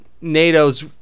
NATO's